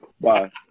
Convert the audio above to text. Bye